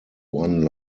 one